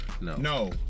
No